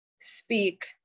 speak